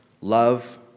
love